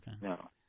no